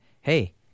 hey